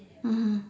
mmhmm